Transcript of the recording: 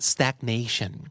Stagnation